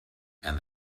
and